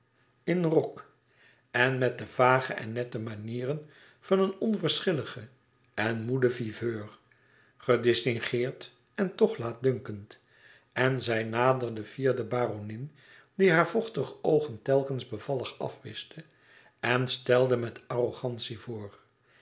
in rok en met de vage en nette manieren van een onverschilligen en moeden viveur gedistingeerd en toch laatdunkend en zij naderde fier de baronin die hare vochtige oogen telkens bevallig afwischte en stelde met arrogantie voor